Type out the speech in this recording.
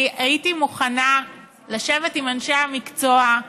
אני הייתי מוכנה לשבת עם אנשי המקצוע,